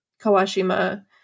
Kawashima